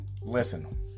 Listen